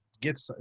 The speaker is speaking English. get